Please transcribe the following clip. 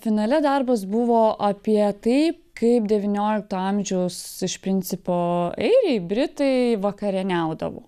finale darbas buvo apie taip kaip devyniolikto amžiaus iš principo airiai britai vakarieniaudavo